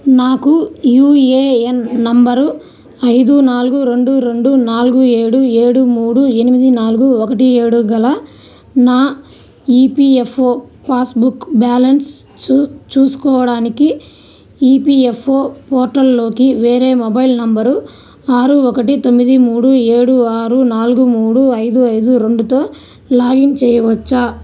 నాకు యుఏఎన్ నంబరు ఐదు నాలుగు రెండు రెండు నాలుగు ఏడు ఏడు మూడు ఎనిమిది నాలుగు ఒకటి ఏడు గల నా ఈపీఎఫ్ఓ పాస్బుక్ బ్యాలన్స్ చూ చూసుకోడానికి ఈపీఎఫ్ఓ పోర్టల్లోకి వేరే మొబైల్ నంబరు ఆరు ఒకటి తొమ్మిది మూడు ఏడు ఆరు నాలుగు మూడు ఐదు ఐదు రెండుతో లాగిన్ చేయవచ్చా